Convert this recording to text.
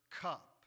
cup